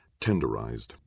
tenderized